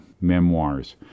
memoirs